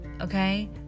Okay